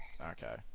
Okay